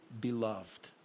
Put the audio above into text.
beloved